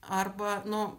arba nu